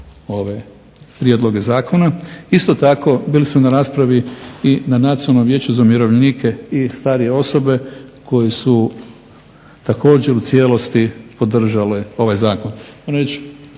ove prijedloge zakona. Isto tako bili su na raspravi i na Nacionalnom vijeću za umirovljenike i starije osobe koji su također u cijelosti podržale ovaj Zakon.